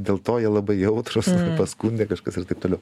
dėl to jie labai jautrūs paskundė kažkas ir taip toliau